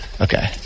Okay